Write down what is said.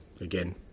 again